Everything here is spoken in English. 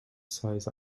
size